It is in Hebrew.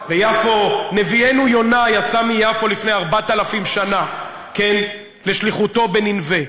נביאנו יונה יצא מיפו לפני 4,000 שנה לשליחותו בנינווה.